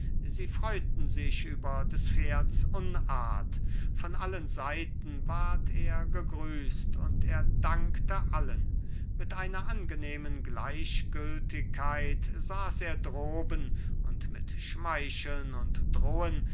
sie freuten sich über des pferds unart von allen seiten ward er gegrüßt und er dankte allen mit einer angenehmen gleichgültigkeit saß er droben und mit schmeicheln und drohen